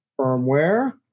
firmware